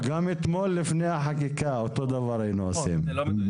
גם אתמול לפני החקיקה, היינו עושים אותו הדבר.